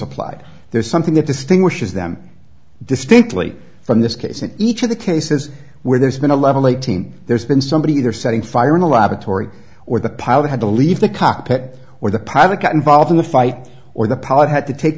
applied there's something that distinguishes them distinctly from this case in each of the cases where there's been a level eighteen there's been somebody either setting fire in a laboratory or the pilot had to leave the cockpit or the private got involved in the fight or the pilot had to take